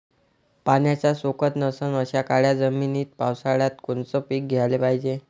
पाण्याचा सोकत नसन अशा काळ्या जमिनीत पावसाळ्यात कोनचं पीक घ्याले पायजे?